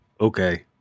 Okay